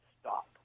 stop